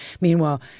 Meanwhile